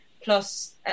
Plus